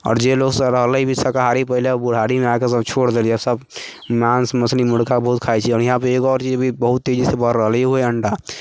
आओर जे लोग सभ रहलै भी शाकाहारी पहिले ओ बुढ़ारीमे आके सभ छोड़ि देलियै सभ माँस मछली मुर्गा बहुत खाइ छियै आओर इहाँपर एगो आओर चीज भी बहुत तेजी सँ बढ़ि रहल हय उ हय अण्डा